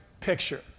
picture